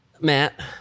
matt